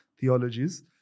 theologies